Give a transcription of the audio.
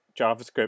JavaScript